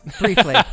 briefly